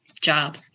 job